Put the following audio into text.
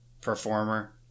performer